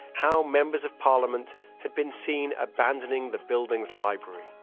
how members of parliament had been seen abandoning the building's library,